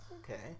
okay